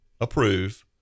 approve